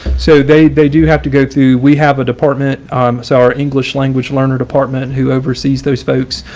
so they they do have to go to we have a department so our english language learners department who oversees those folks.